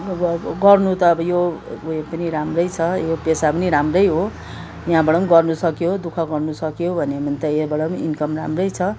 गर्नु त अब यो पनि राम्रै छ यो पेसा पनि राम्रै हो यहाँबाट पनि गर्न सक्यो दुःख गर्न सक्यो भने त यहाँबाट पनि इन्कम राम्रै छ